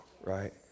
right